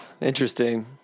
Interesting